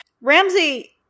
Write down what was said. Ramsey